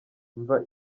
mva